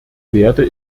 werde